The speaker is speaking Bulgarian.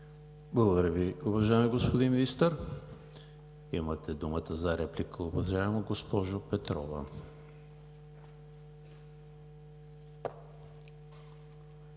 Благодаря Ви, уважаеми господин Министър. Имате думата за реплика, уважаема госпожо Петрова.